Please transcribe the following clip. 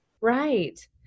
right